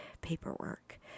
paperwork